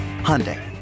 Hyundai